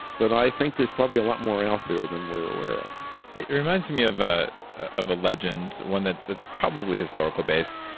but i think there's probably a lot more out there than we're aware of it reminds me of ah of a legend, one that that's probably historical based,